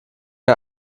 ein